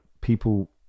people